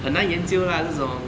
很难研究啦这种